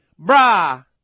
brah